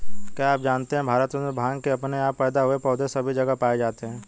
क्या आप जानते है भारतवर्ष में भांग के अपने आप पैदा हुए पौधे सभी जगह पाये जाते हैं?